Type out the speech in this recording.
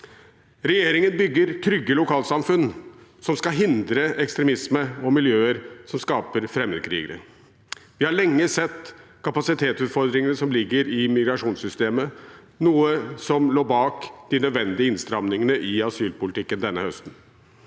Regjeringen bygger trygge lokalsamfunn som skal hindre ekstremisme og miljøer som skaper fremmedkrigere. Vi har lenge sett kapasitetsutfordringene som ligger i migrasjonssystemet, noe som lå bak de nødvendige innstramningene i asylpolitikken denne høsten.